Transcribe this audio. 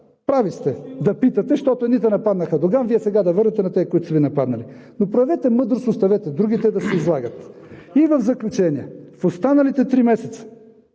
Прави сте да питате, защото едните нападнаха Доган, Вие сега да върнете на тези, които са Ви нападнали. Проявете мъдрост и оставете другите да се излагат! В заключение – в останалите три месеца